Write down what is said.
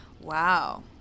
Wow